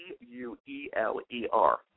C-U-E-L-E-R